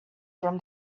from